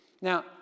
now